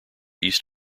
east